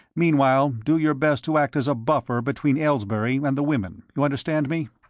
meanwhile, do your best to act as a buffer between aylesbury and the women. you understand me?